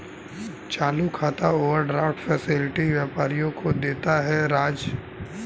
चालू खाता overdraft facility व्यापारियों को देता है राज